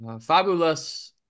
Fabulous